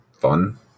fun